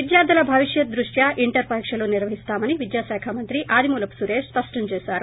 విద్యార్దుల భవిష్యత్తు దృష్ట్యా ఇంటర్ పరీక్షలు నిర్వహిస్తామని విద్యాకాఖ మంత్రి ఆదిమూలపు సురేష్ స్పష్టం చేశారు